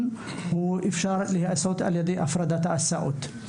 לה יכול להתאפשר על ידי הפרדת ההסעות.